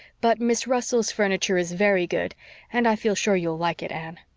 but miss russell's furniture is very good and i feel sure you'll like it, anne.